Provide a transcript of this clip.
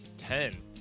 Ten